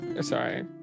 sorry